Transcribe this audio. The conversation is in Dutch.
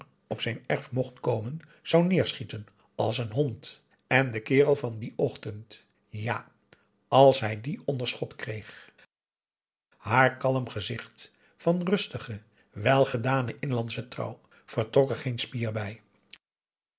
op zijn erf mocht komen zou neerschieten als een hond en den kerel van dien ochtend ja als hij dien onder schot kreeg haar kalm gezicht van rustige welgedane inlandsche trouw vertrok er geen spier bij